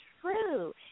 true